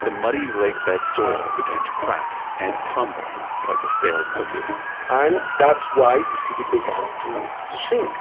the muddy lake bed soil began to crack and crumble like a stale cookie and that's why the city began to sink